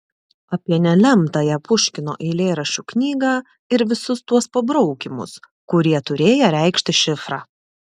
apie nelemtąją puškino eilėraščių knygą ir visus tuos pabraukymus kurie turėję reikšti šifrą